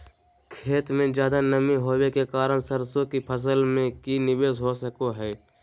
खेत में ज्यादा नमी होबे के कारण सरसों की फसल में की निवेस हो सको हय?